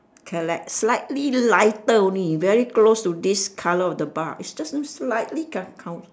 correct slightly lighter only very close to this colour of the bar is just slightly